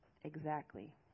Exactly